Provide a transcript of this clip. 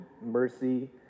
mercy